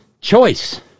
choice